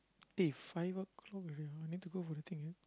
eh five o-clock already !wah! need to go for the thing already